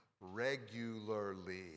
regularly